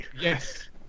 yes